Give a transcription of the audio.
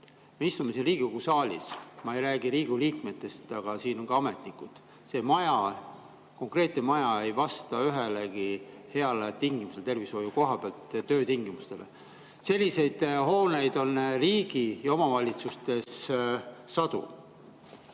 Me istume siin Riigikogu saalis – ma ei räägi ainult Riigikogu liikmetest, siin on ka ametnikud. See maja, konkreetne maja ei vasta ühelegi heale tingimusele tervishoiu koha pealt, [nõutud] töötingimustele. Selliseid hooneid on riigis ja omavalitsustes sadu.